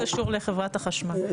הכול קשור לחברת החשמל.